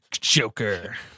Joker